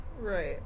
Right